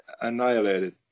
annihilated